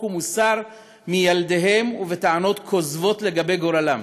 ומוסר מילדיהם ובטענות כוזבות לגבי גורלם,